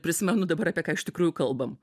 prisimenu dabar apie ką iš tikrųjų kalbam